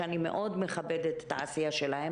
שאני מאוד מכבדת את העשייה שלהם